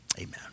Amen